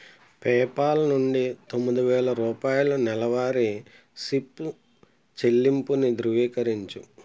PayPal నుండి తొమ్మిది వేల రూపాయలు నెలవారీ సిప్లు చెల్లింపుని ధృవీకరించు